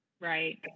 Right